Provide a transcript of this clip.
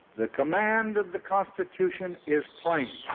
the command of the constitution is plain.